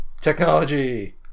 technology